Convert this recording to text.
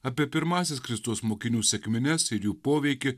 apie pirmąsias kristaus mokinių sekmines ir jų poveikį